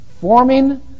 forming